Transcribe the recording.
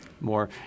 more